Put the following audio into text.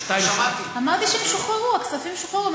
אמרתי שהם שוחררו, הכספים שוחררו.